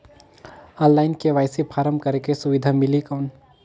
Online KYC form करेके सुविधा मिली कौन?